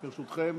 ברשותכם.